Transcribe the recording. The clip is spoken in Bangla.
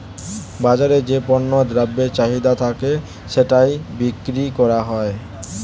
বাজারে যে পণ্য দ্রব্যের চাহিদা থাকে সেটাই বিক্রি করা হয়